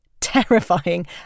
Terrifying